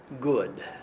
good